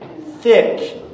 Thick